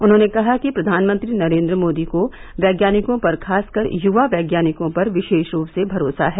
उन्होंने कहा कि प्रधानमंत्री नरेन्द्र मोदी को वैज्ञानिकों पर खासकर युवा वैज्ञानिकों पर विषेश रूप से भरोसा है